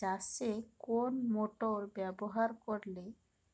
চাষে কোন মোটর ব্যবহার করলে